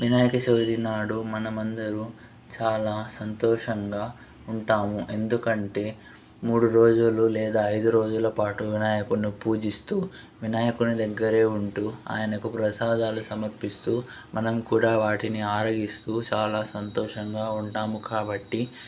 వినాయక చవితి నాడు మనమందరు చాలా సంతోషంగా ఉంటాము ఎందుకంటే మూడు రోజులు లేదా ఐదు రోజుల పాటు వినాయకుని పూజిస్తూ వినాయకుని దగ్గరే ఉంటూ ఆయనకు ప్రసాదాలు సమర్పిస్తూ మనం కూడా వాటిని ఆరగిస్తూ చాలా సంతోషంగా ఉంటాము కాబట్టి